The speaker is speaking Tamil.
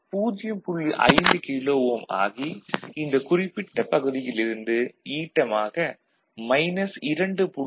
5 கிலோ ஓம் ஆகி இந்தக் குறிப்பிட்ட பகுதியில் இருந்து ஈட்டமாக மைனஸ் 2